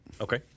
Okay